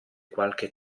qualche